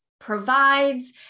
provides